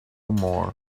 more